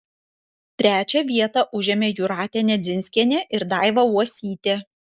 trečią vietą užėmė jūratė nedzinskienė ir daiva uosytė